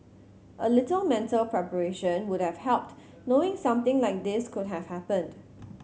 a little mental preparation would have helped knowing something like this could have happened